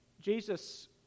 Jesus